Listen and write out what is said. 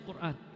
Qur'an